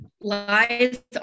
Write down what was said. lies